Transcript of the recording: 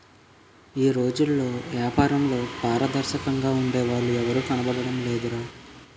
ఈ రోజుల్లో ఏపారంలో పారదర్శకంగా ఉండే వాళ్ళు ఎవరూ కనబడడం లేదురా